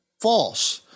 False